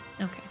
Okay